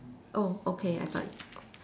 oh okay I got it